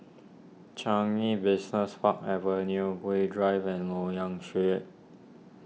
Changi Business Park Avenue Gul Drive and Loyang Street